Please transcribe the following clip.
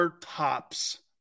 tops